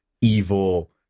evil